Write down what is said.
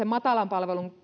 matalan